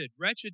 Wretched